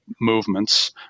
movements